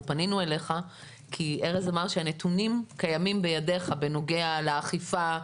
אנחנו פנינו אליך כי ארז אמר שהנתונים קיימים בידך בנוגע לאכיפה,